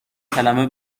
کلمه